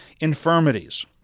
infirmities